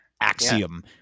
axiom